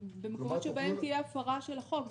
במקומות שבהם תהיה הפרה של החוק.